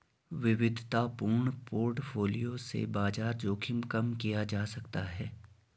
विविधतापूर्ण पोर्टफोलियो से बाजार जोखिम कम किया जा सकता है